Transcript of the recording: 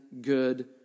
good